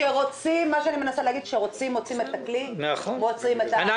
כשרוצים מוצאים את הכלי, מוצאים את הקריטריונים.